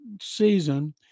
season